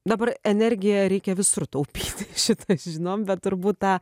dabar energiją reikia visur taupy šitą žinom bet turbūt tą